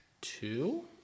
two